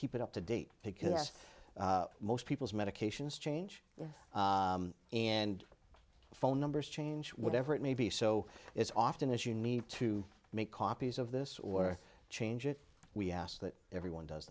keep it up to date because most people's medications change and phone numbers change whatever it may be so it's often as you need to make copies of this or change it we ask that everyone does